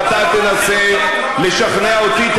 ואתה תנסה לשכנע אותי.